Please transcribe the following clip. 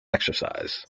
exercise